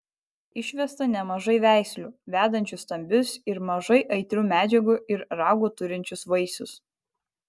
išvesta nemažai veislių vedančių stambius ir mažai aitrių medžiagų ir raugų turinčius vaisius